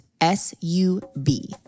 s-u-b